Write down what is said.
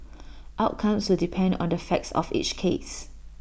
outcomes will depend on the facts of each case